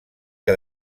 que